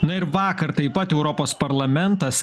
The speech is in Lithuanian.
na ir vakar taip pat europos parlamentas